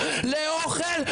לאוכל,